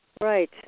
Right